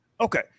Okay